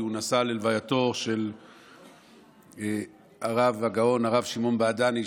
הוא נסע ללווייתו של הרב הגאון הרב שמעון בעדני,